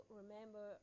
remember